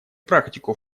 практику